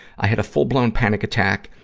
i had a full-blown panic attack,